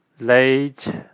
late